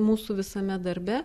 mūsų visame darbe